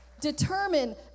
determine